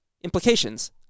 implications